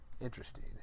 Interesting